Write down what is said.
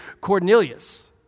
Cornelius